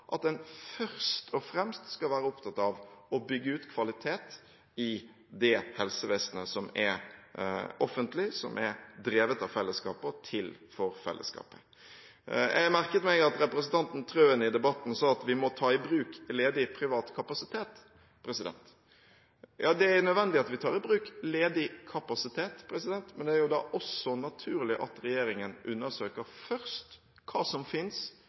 at en først og fremst skal være opptatt av å bygge ut kvalitet i det helsevesenet som er offentlig, som er drevet av fellesskapet og er til for fellesskapet. Jeg merket meg at representanten Trøen i debatten sa at vi må ta i bruk ledig privat kapasitet. Ja, det er nødvendig at vi tar i bruk ledig kapasitet, men det er jo da også naturlig at regjeringen undersøker først hva som